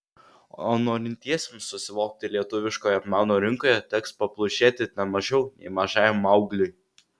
o norintiesiems susivokti lietuviškoje meno rinkoje teks paplušėti ne mažiau nei mažajam maugliui